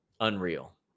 Unreal